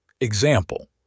Example